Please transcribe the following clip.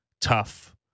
tough